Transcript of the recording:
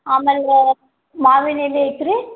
ಆಮೇಲೆ ಮಾವಿನ ಎಲೆ ಐತ್ರಿ